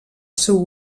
seu